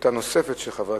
הנקודה הדרומית ביותר של ההר,